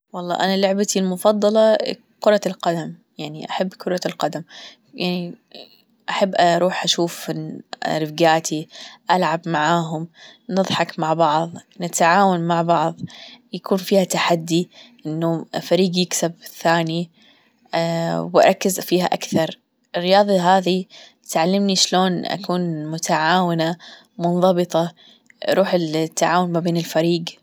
والله أنا لعبتي المفضلة كرة القدم يعني أحب كرة القدم يعني أحب أروح أشوف رفيجاتي ألعب معاهم، نضحك مع بعض، نتعاون مع بعض، يكون فيها تحدي، إنه فريق يكسب الثاني. وأركز فيها أكثر الرياضة هذي تعلمني شلون أكون متعاونة منضبطة روح التعاون ما بين الفريج